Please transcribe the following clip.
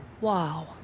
wow